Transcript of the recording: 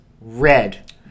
red